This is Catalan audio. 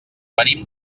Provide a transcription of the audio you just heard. venim